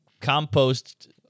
compost